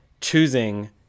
choosing